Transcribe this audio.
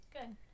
Good